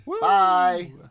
Bye